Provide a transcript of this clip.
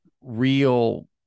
real